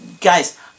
guys